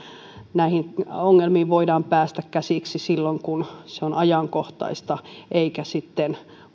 näihin ongelmiin voidaan päästä käsiksi silloin kun se on ajankohtaista eikä sitten